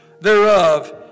thereof